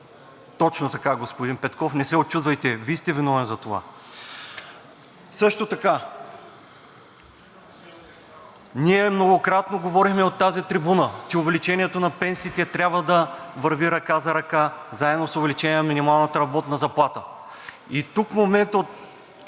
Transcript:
Точно така, господин Петков. Не се учудвайте. Вие сте виновен за това. Също така ние многократно говорихме от тази трибуна, че увеличението на пенсиите трябва да върви ръка за ръка заедно с увеличение на минималната работна заплата. Тук в момента